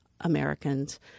Americans